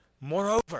Moreover